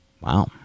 Wow